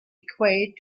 equate